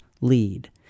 lead